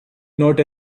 not